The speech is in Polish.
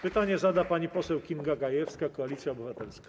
Pytanie zada pani poseł Kinga Gajewska, Koalicja Obywatelska.